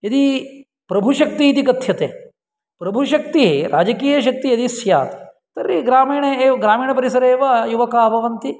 यदि प्रभुशक्ति इति कथ्यते प्रभुशक्तिः राजकीयशक्तिः यदि स्यात् तर्हि ग्रामीणे एव ग्रामीणपरिसरे एव युवका भवन्ति